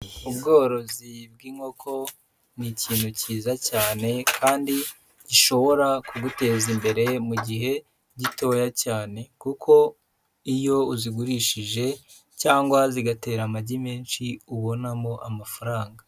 Ubworozi bw'inkoko ni ikintu cyiza cyane kandi gishobora kuguteza imbere mu gihe gitoya cyane kuko iyo uzigurishije cyangwa zigatera amagi menshi ubonamo amafaranga.